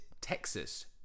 Texas